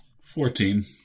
Fourteen